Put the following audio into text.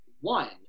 one